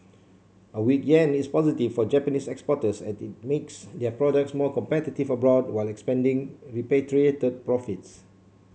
a weak yen is positive for Japanese exporters as it makes their products more competitive abroad while expanding repatriate profits